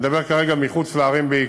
אני מדבר כרגע בעיקר מחוץ לערים.